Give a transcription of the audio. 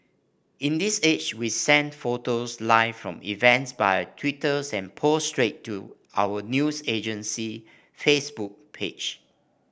in this age we send photos live from events via Twitters and post straight to our news agency Facebook page